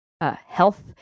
health